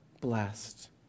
Blessed